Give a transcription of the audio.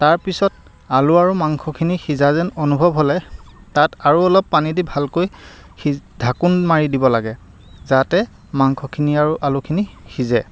তাৰপিছত আলু আৰু মাংসখিনি সিজা যেন অনুভৱ হ'লে তাত আৰু অলপ পানী দি ভালকৈ সি ঢাকোন মাৰি দিব লাগে যাতে মাংসখিনি আৰু আলুখিনি সিজে